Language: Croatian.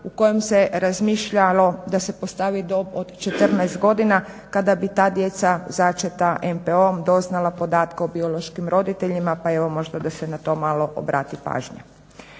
u kojem se razmišljalo da se postavi dob od 14 godina kada bi ta djeca začeta MPO-om doznala podatke o biološkim roditeljima, pa evo možda da se na to malo obrati pažnja.